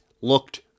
looked